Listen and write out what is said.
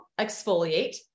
exfoliate